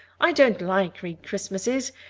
i don't like green christmases.